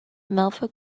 melva